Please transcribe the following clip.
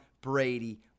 Brady